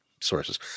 sources